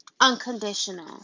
unconditional